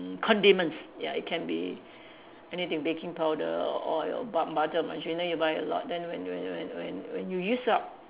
condiments ya it can be anything baking powder or oil or bu~ butter margarine then you buy a lot then when when when when when you use up